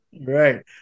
Right